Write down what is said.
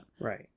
Right